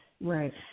Right